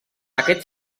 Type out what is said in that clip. aquest